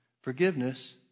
forgiveness